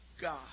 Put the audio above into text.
God